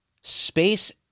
Space